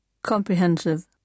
Comprehensive